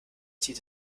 zieht